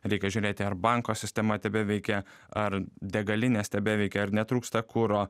reikia žiūrėti ar banko sistema tebeveikia ar degalinės tebeveikia ar netrūksta kuro